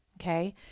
okay